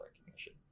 recognition